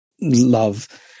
love